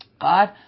God